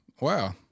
Wow